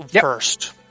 first